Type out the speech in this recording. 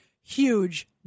huge